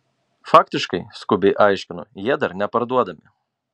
faktiškai skubiai aiškinu jie dar neparduodami